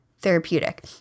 therapeutic